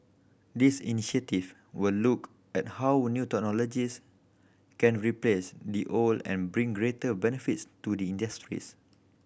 these initiative will look at how new technologies can replace the old and bring greater benefits to the industries